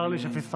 צר לי שפספסתי.